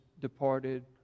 departed